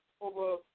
over